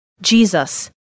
Jesus